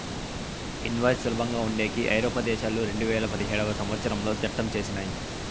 invoice సులభంగా ఉండేకి ఐరోపా దేశాలు రెండువేల పదిహేడవ సంవచ్చరంలో చట్టం చేసినయ్